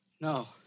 No